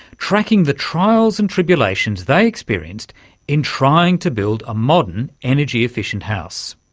tracking the trials and tribulations they experienced in trying to build a modern energy efficient house.